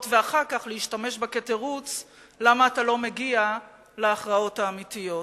ואחר כך להשתמש בה כתירוץ למה אתה לא מגיע להכרעות האמיתיות.